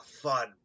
fun